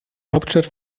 hauptstadt